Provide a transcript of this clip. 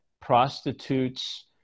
prostitutes